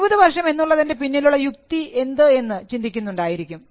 20 വർഷം എന്നുള്ളതിൻറെ പിന്നിലുള്ള യുക്തി എന്ത് എന്ന് ചിന്തിക്കുന്നുണ്ടായിരിക്കും